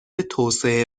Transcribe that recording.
توسعه